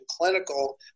clinical